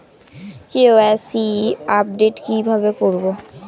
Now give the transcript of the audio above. KYC update কি ভাবে করবো?